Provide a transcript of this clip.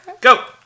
Go